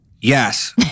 Yes